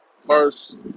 first